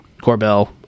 Corbell